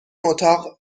اتاق